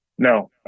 No